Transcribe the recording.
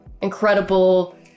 incredible